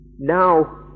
now